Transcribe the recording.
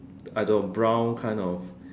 I don't know brown kind of